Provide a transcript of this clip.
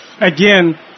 again